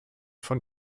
von